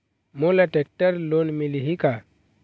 मोला tractor loan मिलही का?